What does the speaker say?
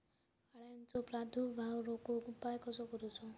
अळ्यांचो प्रादुर्भाव रोखुक उपाय कसो करूचो?